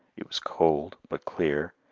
it was cold but clear,